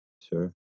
Sure